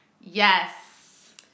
Yes